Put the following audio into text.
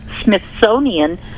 Smithsonian